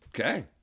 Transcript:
Okay